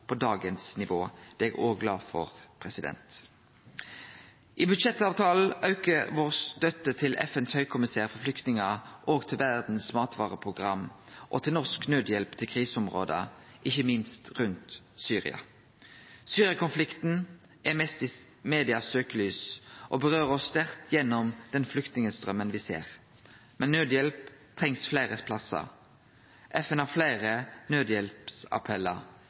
på minst dagens nivå. Det er eg òg glad for. I budsjettavtalen aukar vår støtte til FNs høgkommissær for flyktningar, til Verdens matvareprogram og til norsk naudhjelp til kriseområder – ikkje minst rundt Syria. Syria-konflikten er mest i medias søkjelys og rører sterkt ved oss gjennom den flyktningstraumen me ser. Men naudhjelp trengst fleire plassar. FN har fleire